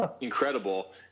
incredible